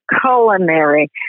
culinary